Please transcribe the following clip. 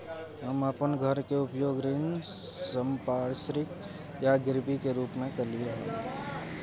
हम अपन घर के उपयोग ऋण संपार्श्विक या गिरवी के रूप में कलियै हन